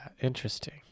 interesting